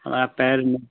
हमारे पैर में